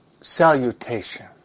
salutation